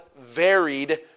varied